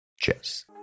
Cheers